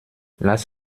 lass